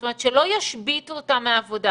זאת אומרת שלא ישביתו אותם מעבודה.